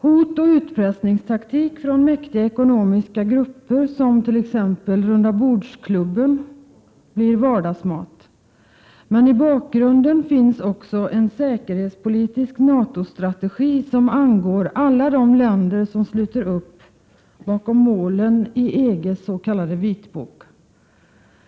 Hot och utpressningstaktik från mäktiga ekonomiska grupper, som Rundabordsklubben, blir vardagsmat. Men i bakgrunden finns också en säkerhetspolitisk NATO-strategi som angår alla de länder som sluter upp bakom målen i EG:s s.k. vitbok.